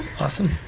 Awesome